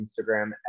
instagram